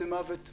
זה מוות מיותר,